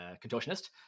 contortionist